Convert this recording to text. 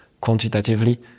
quantitatively